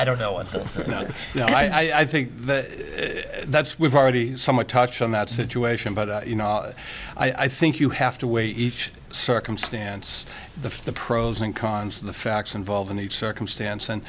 i don't know and i think that's we've already somewhat touched on that situation but you know i think you have to weigh each circumstance the the pros and cons of the facts involved in each circumstance and